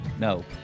No